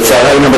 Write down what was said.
לצערנו,